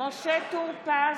משה טור פז,